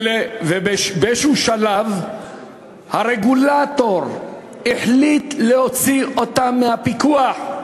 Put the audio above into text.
ובאיזשהו שלב הרגולטור החליט להוציא אותם מהפיקוח.